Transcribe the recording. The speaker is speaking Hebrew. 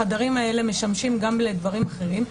החדרים האלה משמשים גם לדברים אחרים,